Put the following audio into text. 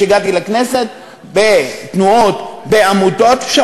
שמוציאים את דיבת ישראל בעולם היא איילת שקד והחברים המתנחלים שלה.